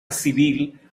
civil